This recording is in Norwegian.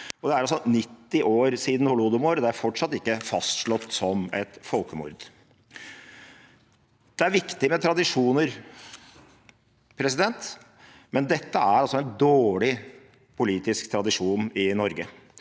Det er altså 90 år siden holodomor, og det er fortsatt ikke fastslått som et folkemord. Det er viktig med tradisjoner, men dette er en dårlig politisk tradisjon i Norge,